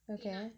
okay ah